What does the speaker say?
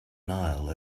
nile